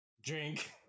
Drink